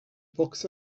box